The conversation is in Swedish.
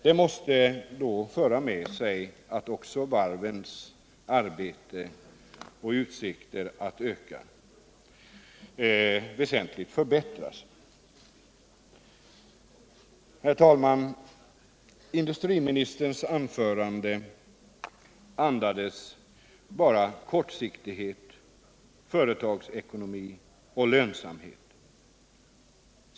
Det måste föra med sig att utsikterna att varvens arbete ökar väsentligt förbättras. Herr talman! Industriministerns anförande andades bara kortsiktighet, företagsekonomi och lönsamhet.